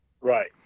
Right